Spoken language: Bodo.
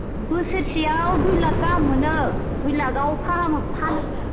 बोसोरसेआव दुइ लाख गाहाम मोनो दुइ लाखआव फाहामो फानोदा